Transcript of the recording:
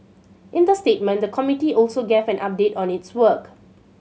in the statement the committee also gave an update on its work